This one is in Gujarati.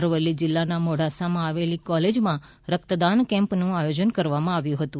અરવલ્લી જીલ્લાના મોડાસામાં આવેલી કોલેજમાં રક્તદાન કેમ્પનું આયોજન કરવામાં આવ્યું હતું